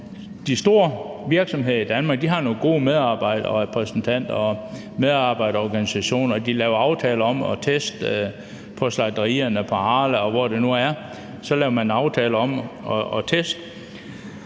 De store virksomheder i Danmark har nogle gode medarbejderrepræsentanter og medarbejderorganisationer, og de laver aftaler om at teste på slagterierne, på Arla, og hvor det nu kan være. Når man så